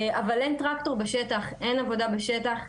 אבל אין טרקטור בשטח, אין עבודה בשטח.